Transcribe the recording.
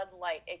Light